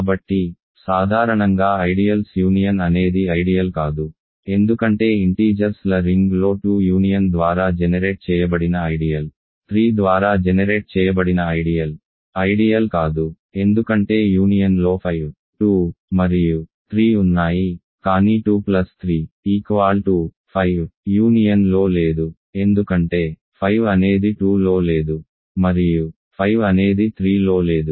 కాబట్టి సాధారణంగా ideals union అనేది ఐడియల్ కాదు ఎందుకంటే ఇంటీజర్స్ ల రింగ్లో 2 యూనియన్ ద్వారా జెనెరేట్ చేయబడిన ఐడియల్ 3 ద్వారా జెనెరేట్ చేయబడిన ఐడియల్ ఐడియల్ కాదు ఎందుకంటే యూనియన్లో 5 2 మరియు 3 ఉన్నాయి కానీ 2 3 5 యూనియన్లో లేదు ఎందుకంటే 5 అనేది 2 లో లేదు మరియు 5 అనేది 3 లో లేదు